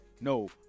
no